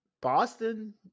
Boston